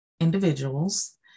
individuals